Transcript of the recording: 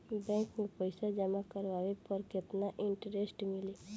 Bank में पईसा जमा करवाये पर केतना इन्टरेस्ट मिली?